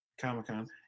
comic-con